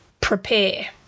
prepare